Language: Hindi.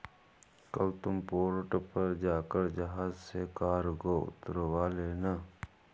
कल तुम पोर्ट पर जाकर जहाज से कार्गो उतरवा लेना